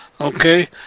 okay